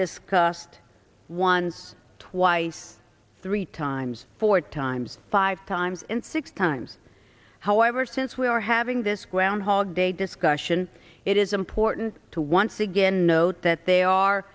discussed once twice three times four times five times in six times however since we are having this groundhog day discussion it is important to once again note that they are